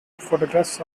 photographs